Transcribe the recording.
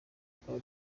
rikaba